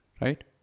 Right